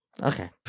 Okay